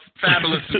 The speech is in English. Fabulous